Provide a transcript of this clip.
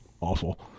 awful